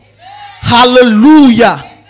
Hallelujah